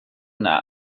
nap